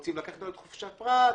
רוצים לקחת לנו את חופש הפרט.